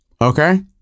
Okay